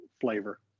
flavor